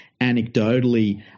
anecdotally